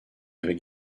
avec